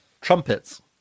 trumpets